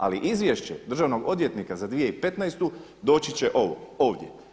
Ali izvješće državnog odvjetnika za 2015. doći će ovdje.